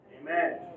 Amen